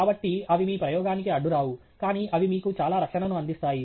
కాబట్టి అవి మీ ప్రయోగానికి అడ్డురావు కానీ అవి మీకు చాలా రక్షణను అందిస్తాయి